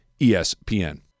ESPN